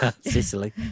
Sicily